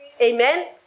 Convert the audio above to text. Amen